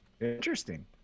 Interesting